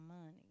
money